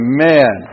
Amen